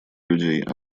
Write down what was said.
людей